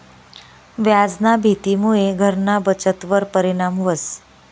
व्याजना भीतीमुये घरना बचतवर परिणाम व्हस